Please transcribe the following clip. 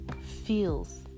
feels